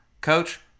Coach